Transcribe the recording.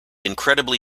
incredibly